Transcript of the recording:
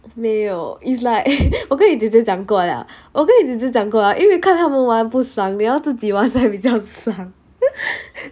没有 is like 我跟姐姐讲过了我跟你姐姐讲过了因为看他们玩不爽你要自己玩比较爽